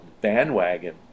bandwagon